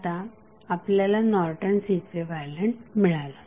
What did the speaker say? आता आपल्याला Norton's equivalent मिळाले